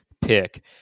pick